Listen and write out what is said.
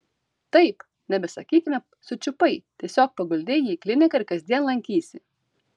taip nebesakykime sučiupai tiesiog paguldei jį į kliniką ir kasdien lankysi